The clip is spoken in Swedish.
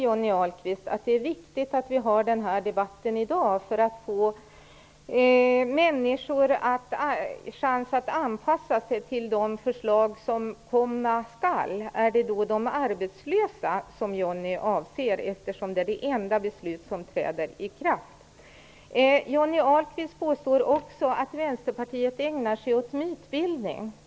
Johnny Ahlqvist säger att det är viktigt att vi har debatten så att människor får chans att anpassa sig till de förslag som komma skall. Är det de arbetslösa som Johnny Ahlqvist avser eftersom det enda beslut som träder i kraft gäller dem? Johnny Ahlqvist påstår också att Vänsterpartiet ägnar sig åt mytbildning.